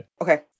Okay